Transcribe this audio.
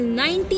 19